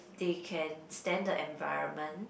they can stand the environment